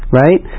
right